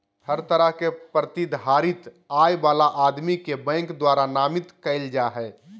हर तरह के प्रतिधारित आय वाला आदमी के बैंक द्वारा नामित कईल जा हइ